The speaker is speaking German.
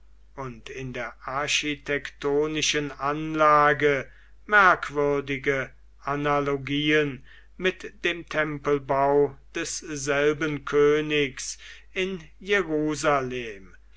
und in der architektonischen anlage merkwürdige analogien mit dem tempelbau desselben königs in jerusalem